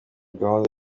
gahunda